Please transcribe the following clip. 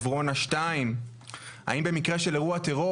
עברונה 2. האם במקרה של אירוע טרור,